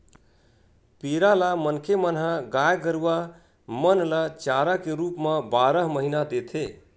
पेरा ल मनखे मन ह गाय गरुवा मन ल चारा के रुप म बारह महिना देथे